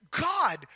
God